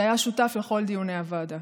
שהיה שותף לכל דיוני הוועדה.